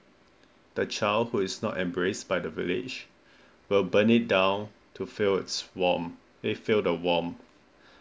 the child who is not embraced by the village will burn it down to feel its warmth feel the warmth